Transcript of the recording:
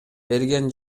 берген